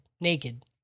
naked